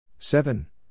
Seven